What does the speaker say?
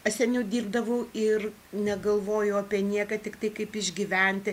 aš seniau dirbdavau ir negalvojau apie nieką tiktai kaip išgyventi